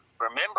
Remember